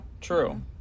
true